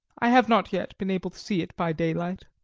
i have not yet been able to see it by daylight.